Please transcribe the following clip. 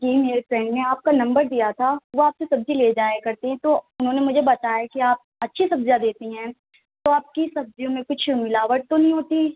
جی میرے فرینڈ نے آپ کا نمبر دیا تھا وہ آپ سے سبزی لے جایا کرتی ہیں تو انہوں نے مجھے بتایا کہ آپ اچھی سبزیاں دیتی ہیں تو آپ کی سبزیوں میں کچھ ملاوٹ تو نہیں ہوتی